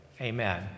amen